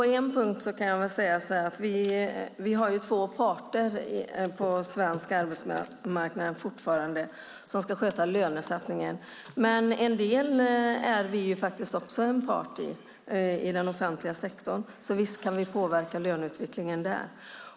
Herr talman! Det är två parter på svensk arbetsmarknad som ska sköta lönesättningen. En del är vi också en part i, nämligen den offentliga sektorn. Så visst kan vi påverka löneutvecklingen där.